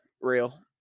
Real